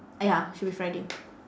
ah ya should be friday